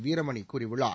வீரமணி கூறியுள்ளார்